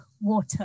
water